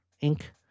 ink